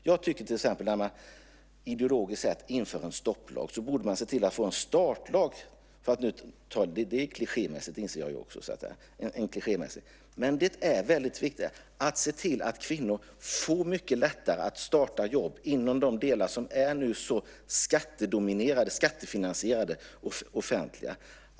Jag tycker till exempel att om man ideologiskt inför en stopplag borde man se till att få en startlag - det är klichémässigt, det inser jag. Men det är väldigt viktigt att se till att kvinnor får mycket lättare att starta företag inom de delar som nu är skattefinansierade och offentliga.